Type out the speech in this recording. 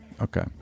Okay